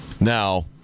now